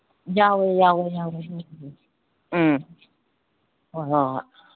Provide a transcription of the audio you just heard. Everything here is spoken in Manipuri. ꯌꯥꯎꯋꯦ ꯌꯥꯎꯋꯦ ꯌꯥꯎꯋꯦ ꯎꯝ ꯍꯣꯏ ꯍꯣꯏ ꯍꯣꯏ